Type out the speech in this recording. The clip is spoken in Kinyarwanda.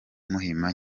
muhima